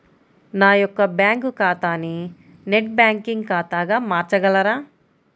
నా యొక్క బ్యాంకు ఖాతాని నెట్ బ్యాంకింగ్ ఖాతాగా మార్చగలరా?